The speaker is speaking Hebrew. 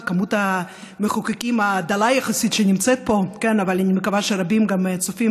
כמות המחוקקים הדלה יחסית שנמצאת פה אבל אני מקווה שרבים גם צופים